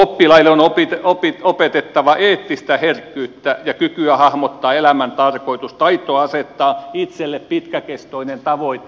oppilaille on opetettava eettistä herkkyyttä ja kykyä hahmottaa elämän tarkoitus taito asettaa itselle pitkäkestoinen tavoite